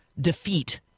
defeat